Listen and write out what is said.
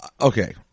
okay